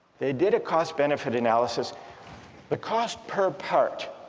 they did a cost benefit analysis the cost per part